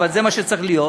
אבל זה מה שצריך להיות.